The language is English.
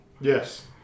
Yes